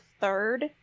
Third